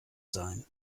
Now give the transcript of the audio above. sein